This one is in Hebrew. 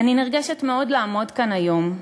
אני נרגשת מאוד לעמוד כאן היום,